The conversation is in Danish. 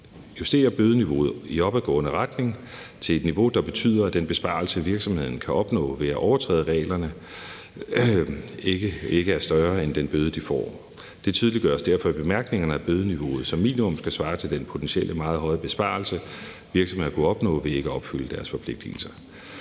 justere bødeniveauet i opadgående retning til et niveau, der betyder, at den besparelse, virksomhederne kan opnå ved at overtræde reglerne, ikke er større end den bøde, de får. Det tydeliggøres derfor i bemærkningerne, at bødeniveauet som minimum skal svare til den potentielt meget høje besvarelse, virksomhederne kunne opnå ved ikke at opfylde deres forpligtigelser.